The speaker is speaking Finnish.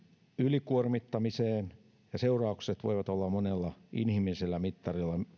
ylikuormittamiseen ja seuraukset voivat olla monella inhimillisellä mittarilla